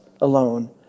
alone